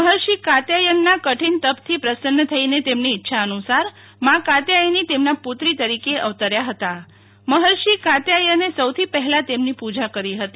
મહર્ષિ કાત્યાયનના કઠિનતપથી પ્રસન્ન થઈને તેમની ઈચ્છા અનુસાર મા કાત્યાયની તેમના પુત્રી તરીકે અવતર્યાહતા મહર્ષિ કાત્યાયને સૌથી પહેલા તેમની પુજા કરી હતી